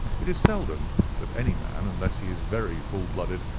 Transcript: it is seldom that any man, unless he is very full-blooded,